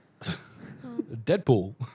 Deadpool